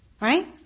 Right